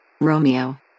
Romeo